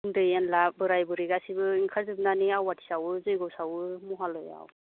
उन्दै उनला बोराइ बुरि गासिबो ओंखारजोबनानै आवाथि सावो जैग्य सावो महालयआव